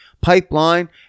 pipeline